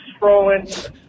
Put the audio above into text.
scrolling